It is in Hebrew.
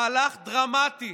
מהלך דרמטי